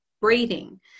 breathing